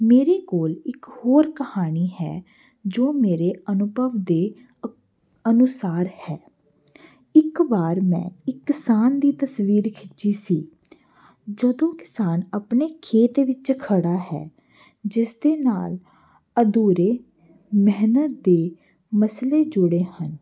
ਮੇਰੇ ਕੋਲ ਇੱਕ ਹੋਰ ਕਹਾਣੀ ਹੈ ਜੋ ਮੇਰੇ ਅਨੁਭਵ ਦੇ ਅਕ ਅਨੁਸਾਰ ਹੈ ਇੱਕ ਵਾਰ ਮੈਂ ਇੱਕ ਕਿਸਾਨ ਦੀ ਤਸਵੀਰ ਖਿੱਚੀ ਸੀ ਜਦੋਂ ਕਿਸਾਨ ਆਪਣੇ ਖੇਤ ਵਿੱਚ ਖੜ੍ਹਾ ਹੈ ਜਿਸ ਦੇ ਨਾਲ ਅਧੂਰੇ ਮਿਹਨਤ ਦੇ ਮਸਲੇ ਜੁੜੇ ਹਨ